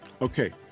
Okay